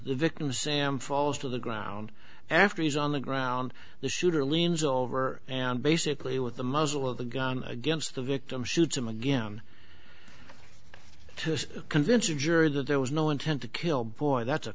the victim sam falls to the ground after he's on the ground the shooter leans over and basically with the muzzle of the gun against the victim shoots him again to convince a jury that there was no intent to kill boy that's a